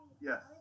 yes